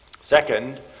Second